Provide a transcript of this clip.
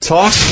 Talk